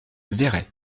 véretz